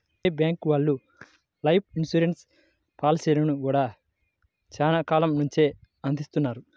SBI bank life లైఫ్ ఇన్సూరెన్స్ పాలసీలను గూడా చానా కాలం నుంచే అందిత్తన్నారు